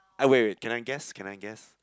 ah wait wait can I guess can I guess